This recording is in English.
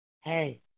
hey